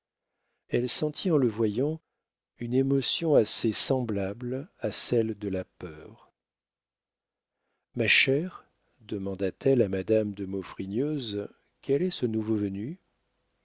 elle sentit en le voyant une émotion assez semblable à celle de la peur ma chère demanda-t-elle à madame de maufrigneuse quel est ce nouveau venu